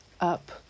up